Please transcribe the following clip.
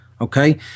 okay